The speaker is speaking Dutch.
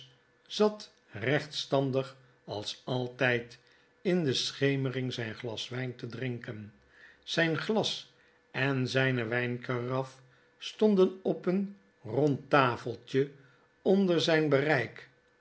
zat rechtstandig als altgd in de schemering zjjn glas wgn te drinken zgn glas en zgne wgnkaraf stonden op een rond tafeltje onder zgn bereik